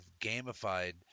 gamified